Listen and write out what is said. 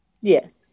Yes